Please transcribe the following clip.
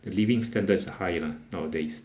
the living standards are high lah nowadays